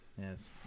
Yes